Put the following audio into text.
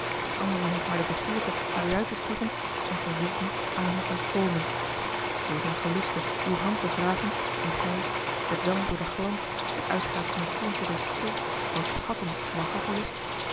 die andere heeft maar de begeerte naar u uit te strekken en gij zult niet aan hem ontkomen zoo t hem gelustte uwe hand te vragen en gij bedwelmd door den glans die uitgaat van een klinkenden titel van schatten naar hartelust